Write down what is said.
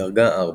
דרגה 4